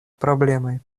проблемой